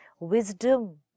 Wisdom